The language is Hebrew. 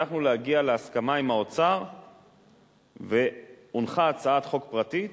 הצלחנו להגיע להסכמה עם האוצר והונחה הצעת חוק פרטית